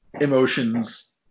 emotions